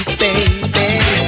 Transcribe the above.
baby